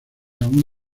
aún